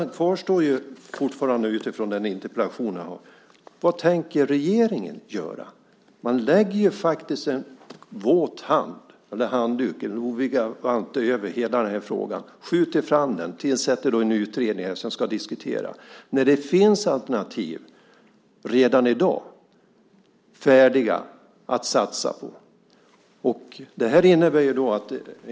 Utifrån min interpellation kvarstår frågan: Vad tänker regeringen göra? Man lägger faktiskt en våt handduk över hela frågan och skjuter fram den. Man tillsätter en utredning som ska diskutera detta. Det finns redan i dag färdiga alternativ att satsa på.